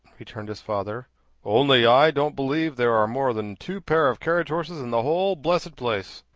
returned his father only i don't believe there are more than two pair of carriage-horses in the whole blessed place.